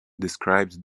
described